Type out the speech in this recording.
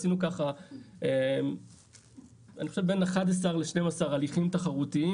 אני חושב שעשינו בין 11 ל-12 הליכים תחרותיים